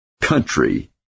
country